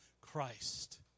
Christ